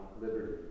liberty